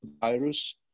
virus